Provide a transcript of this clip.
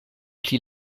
pli